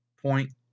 point